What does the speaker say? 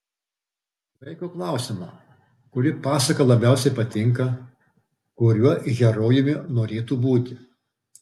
vaiko klausiama kuri pasaka labiausiai patinka kuriuo herojumi norėtų būti